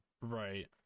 Right